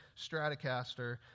Stratocaster